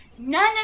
none